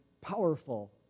powerful